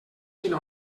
quina